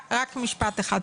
רק משפט אחד.